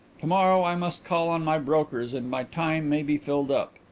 to-morrow i must call on my brokers and my time may be filled up.